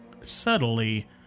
Subtly